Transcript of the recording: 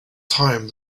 time